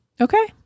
Okay